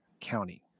County